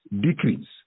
decrease